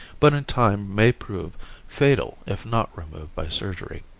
but in time may prove fatal if not removed by surgery.